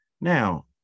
Now